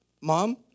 Mom